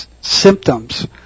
symptoms